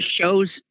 shows